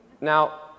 Now